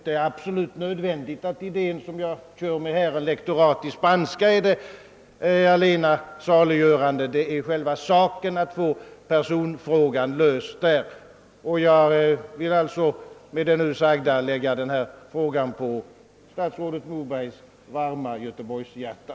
Den idé som jag här har fört fram, att det skall vara en lektor i spanska, behöver ju inte vara det allena saliggörande — det är själva saken det gäller att få ordnad. Jag vill med det här sagda hoppas att statsrådet Moberg lägger denna fråga på sitt varma göteborgshjärta.